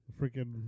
freaking